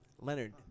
Leonard